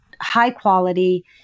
high-quality